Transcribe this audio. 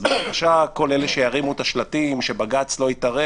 בבקשה, כל אלה שירימו את השלטים שבג"ץ לא יתערב